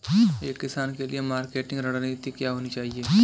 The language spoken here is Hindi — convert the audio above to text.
एक किसान के लिए मार्केटिंग रणनीति क्या होनी चाहिए?